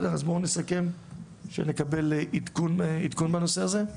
בואו נסכם שנקבל עדכון בנושא הזה?